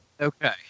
Okay